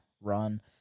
Run